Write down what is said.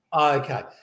Okay